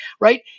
right